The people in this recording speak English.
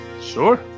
Sure